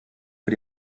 für